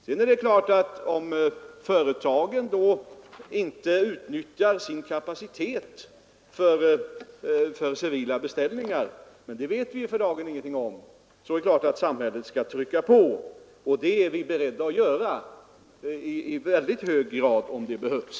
Sedan är det klart att om företaget inte utnyttjar sin kapacitet för civila beställningar — men det vet vi för dagen ingenting om — skall samhället trycka på, och det är vi beredda att göra i hög grad om det behövs.